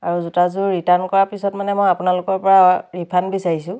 আৰু জোতাযোৰ ৰিটাৰ্ণ কৰাৰ পিছত মানে মই আপোনালোকৰ পৰা ৰিফাণ্ড বিচাৰিছোঁ